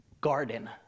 garden